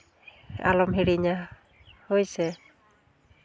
ᱟᱞᱚᱢ ᱦᱤᱲᱤᱧᱟ ᱦᱳᱭᱥᱮ